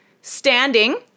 standing